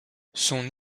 son